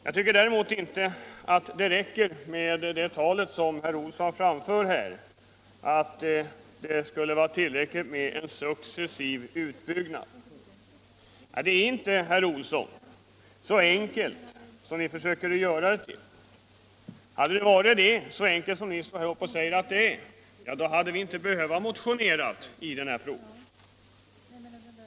Jag tycker däremot inte att det räcker med det herr Olsson framför om att det skulle vara tillräckligt med en successiv utbyggnad av yrkesskadeförsäkringen. Det är inte, herr Olsson, så enkelt som ni försöker göra det. Hade det varit så enkelt som ni påstår hade vi inte behövt motionera i den här frågan.